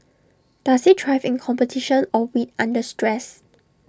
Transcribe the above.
does he thrive in competition or wilt under stress